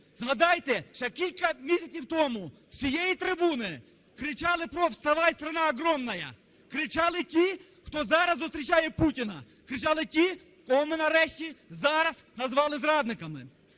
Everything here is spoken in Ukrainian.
Згадайте, ще кілька місяців тому з цієї трибуни кричали про "вставай страна огромная". Кричали ті, хто зараз зустрічає Путіна. Кричали ті, кого ми нарешті зараз назвали зрадниками.